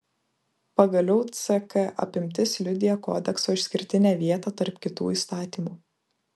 pagaliau ck apimtis liudija kodekso išskirtinę vietą tarp kitų įstatymų